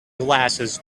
glasses